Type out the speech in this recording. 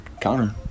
Connor